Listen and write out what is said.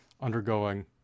undergoing